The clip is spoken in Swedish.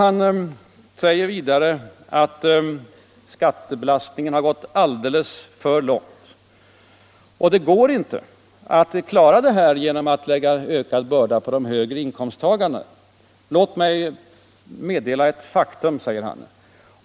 Han säger vidare att skattebelastningen har gått alldeles för långt och att det inte går att klara ekonomin genom att lägga ökad börda på de högre inkomsttagarna. ”Låt mig meddela ett faktum”, säger han.